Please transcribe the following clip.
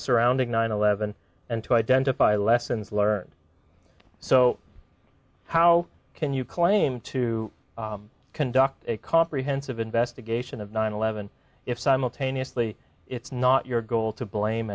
surrounding nine eleven and to identify lessons learned so how can you claim to conduct a comprehensive investigation of nine eleven if simultaneously it's not your goal to blame